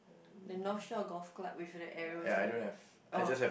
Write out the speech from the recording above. the North Shore Golf Club with an arrow to the left oh